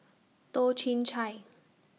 Toh Chin Chye